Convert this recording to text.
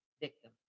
victim